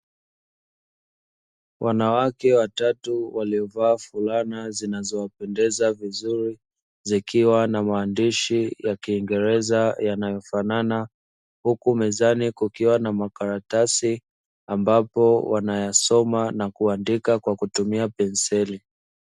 Wanawake watatu waliovaa fulana zinazowapendeza vizuri zikiwa na maandishi ya kiingereza yanayofanana huku mezani kukiwa na makaratasi ambapo wanayasoma na kuandika kwa kutumia penseli.